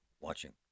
watching